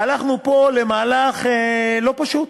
הלכנו פה למהלך לא פשוט,